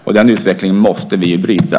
Och den utvecklingen måste vi bryta.